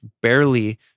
barely